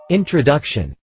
Introduction